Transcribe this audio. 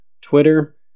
twitter